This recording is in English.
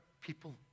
people